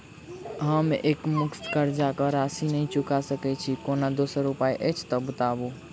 हम एकमुस्त कर्जा कऽ राशि नहि चुका सकय छी, कोनो दोसर उपाय अछि तऽ बताबु?